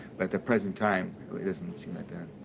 but at the present time, it doesn't seem like that.